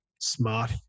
smart